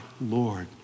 Lord